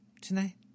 tonight